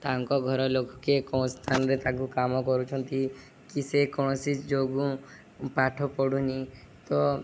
ତାଙ୍କ ଘର ଲୋକ କିଏ କୌଣସି ସ୍ଥାନରେ ତାଙ୍କୁ କାମ କରୁଛନ୍ତି କି ସେ କୌଣସି ଯୋଗୁଁ ପାଠ ପଢ଼ୁନି ତ